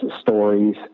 stories